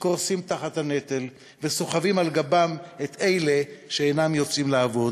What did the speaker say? שקורסים תחת הנטל וסוחבים על גבם את אלה שאינם יוצאים לעבוד,